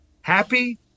happy